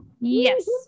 yes